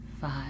five